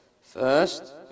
first